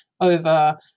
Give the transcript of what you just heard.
over